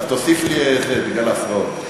אז תוסיף לי בגלל ההפרעות.